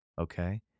okay